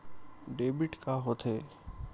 Debit का होथे?